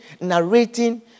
narrating